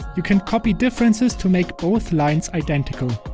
you can copy differences to make both lines identical.